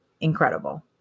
incredible